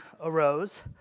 arose